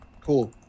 cool